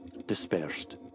dispersed